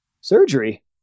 surgery